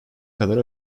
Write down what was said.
kadar